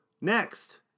Next